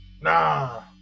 Nah